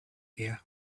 here